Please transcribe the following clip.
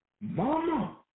Mama